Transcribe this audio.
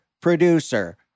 producer